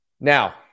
Now